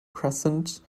crescent